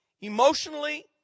emotionally